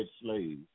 slaves